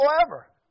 forever